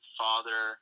father